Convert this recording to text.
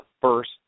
first